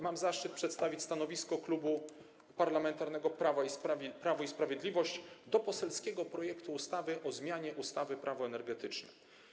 Mam zaszczyt przedstawić stanowisko Klubu Parlamentarnego Prawo i Sprawiedliwość wobec poselskiego projektu ustawy o zmianie ustawy Prawo energetyczne.